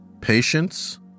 patience